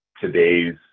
today's